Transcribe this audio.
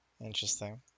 Interesting